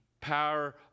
power